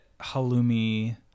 halloumi